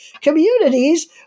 communities